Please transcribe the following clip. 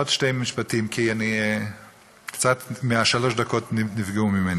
עוד שני משפטים, כי קצת משלוש הדקות נפגעו ממני.